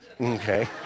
okay